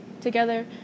Together